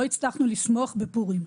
לא הצלחנו לשמוח בפורים.